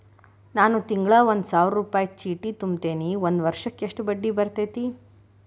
ನಾನು ತಿಂಗಳಾ ಒಂದು ಸಾವಿರ ರೂಪಾಯಿ ಚೇಟಿ ತುಂಬತೇನಿ ಒಂದ್ ವರ್ಷಕ್ ಎಷ್ಟ ಬಡ್ಡಿ ಬರತೈತಿ?